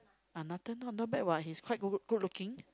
ah Nathan ah not bad what he's quite good good looking